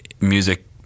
music